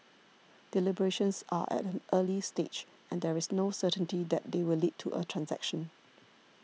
deliberations are at an early stage and there is no certainty that they will lead to a transaction